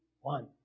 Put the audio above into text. one